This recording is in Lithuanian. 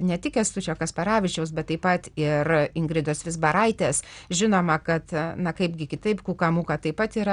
ne tik kęstučio kasparavičiaus bet taip pat ir ingridos vizbaraitės žinoma kad na kaipgi kitaip kuka muka taip pat yra